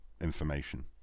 information